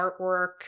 artwork